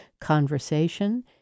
conversation